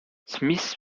smith